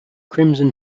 crimson